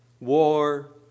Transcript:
war